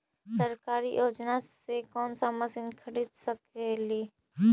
सरकारी योजना से कोन सा मशीन खरीद सकेली?